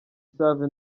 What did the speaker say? save